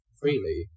freely